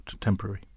temporary